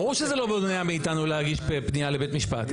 ברור שזה לא מונע מאתנו להגיש פנייה לבית משפט.